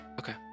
Okay